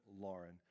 Lauren